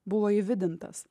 buvo įvidintas